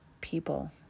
people